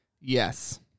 Yes